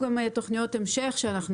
גם אזורי התעשייה, אדוני.